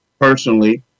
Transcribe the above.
personally